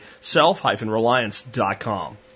self-reliance.com